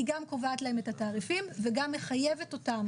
היא גם קובעת להם את התעריפים וגם מחייבת אותם